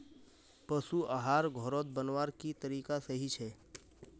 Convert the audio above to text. पशु आहार घोरोत बनवार की तरीका सही छे?